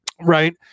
right